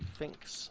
thinks